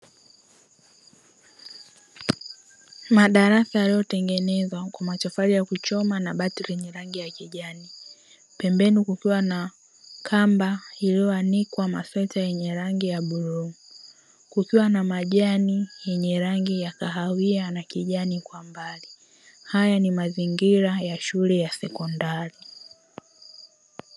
Madarasa yaliyotengenezwa kwa matofali ya kuchoma na bati lenye rangi ya kijani. Pembeni kukiwa na kamba iliyoanikwa masweta yenye rangi ya bluu. Kukiwa na majani yenye rangi ya kahawia na kijani kwa mbali. Haya ni mazingira ya shule ya sekondari.